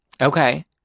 Okay